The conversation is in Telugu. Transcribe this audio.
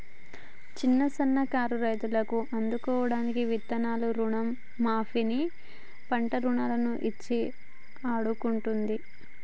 చిన్న సన్న కారు రైతులను ఆదుకోడానికి విత్తనాలను రుణ మాఫీ ని, పంట రుణాలను ఇచ్చి ఆడుకుంటుంది